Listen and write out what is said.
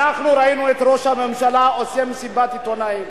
אנחנו ראינו את ראש הממשלה עושה מסיבת עיתונאים